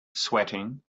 sweating